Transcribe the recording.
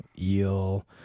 Eel